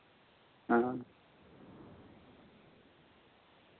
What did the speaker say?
ᱚ